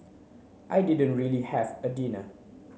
I didn't really have a dinner